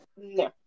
No